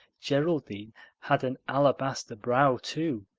geraldine had an alabaster brow too.